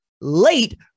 late